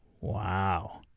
Wow